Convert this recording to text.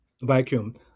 vacuum